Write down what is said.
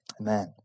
amen